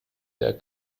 der